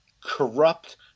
corrupt